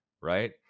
right